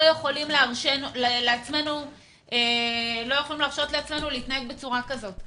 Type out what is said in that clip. לא יכולים להרשות לעצמנו להתנהג בצורה כזאת.